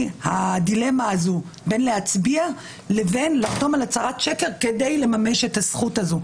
הדילמה בין להצביע לבין לחתום על הצהרת שקר כדי לממש את הזכות הזאת.